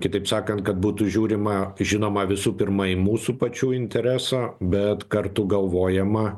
kitaip sakant kad būtų žiūrima žinoma visų pirma į mūsų pačių interesą bet kartu galvojama